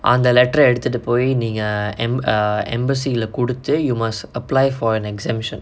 அந்த:antha letter ah எடுத்துட்டு போயி நீங்க:eduthuttu poyi neenga embassy leh குடுத்து:kuduthu you must apply for an exemption